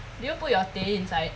did you put your teh inside